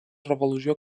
revolució